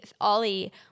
Ollie